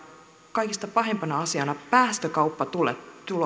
kaikista pahimpana asiana päästökauppatulot